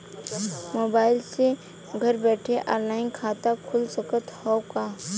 Mobile से घर बैठे ऑनलाइन खाता खुल सकत हव का?